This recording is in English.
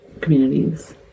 communities